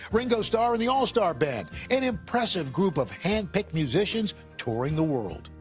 ringo starr and the all starr band, an impressive group of hand picked musicians touring the world.